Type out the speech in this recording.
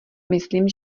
myslím